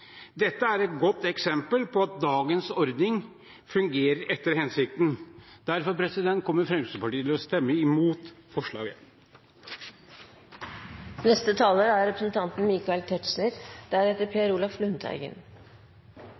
Dette er et godt eksempel på at dagens ordning fungerer etter hensikten. Derfor kommer Fremskrittspartiet til å stemme imot